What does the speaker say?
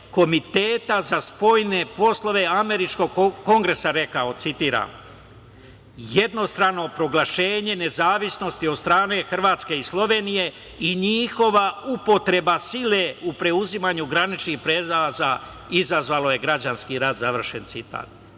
Komiteta za spoljne poslove američkog Kongresa rekao: "Jednostrano proglašenje nezavisnosti od strane Hrvatske i Slovenije i njihova upotreba sile u preuzimanju graničnih prelaza izazvalo je građanski rat". Šta